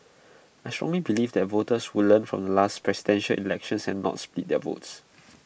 I strongly believe that voters would learn from the last Presidential Elections and not split their votes